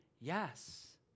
yes